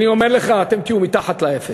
אני אומר לך, אתם תהיו מתחת לאפס.